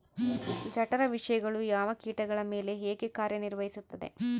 ಜಠರ ವಿಷಯಗಳು ಯಾವ ಕೇಟಗಳ ಮೇಲೆ ಹೇಗೆ ಕಾರ್ಯ ನಿರ್ವಹಿಸುತ್ತದೆ?